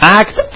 act